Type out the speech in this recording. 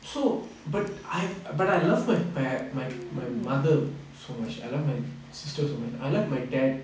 so but I have err but I love my par~ my my mother so much I love my sister so much I love my dad